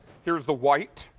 here is the white.